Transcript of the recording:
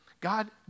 God